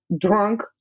drunk